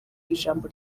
ijambo